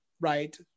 right